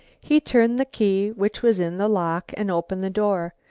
he turned the key which was in the lock, and opened the door,